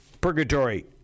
purgatory